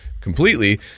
completely